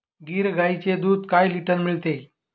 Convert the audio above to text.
गीर गाईचे दूध काय लिटर मिळते?